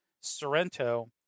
Sorrento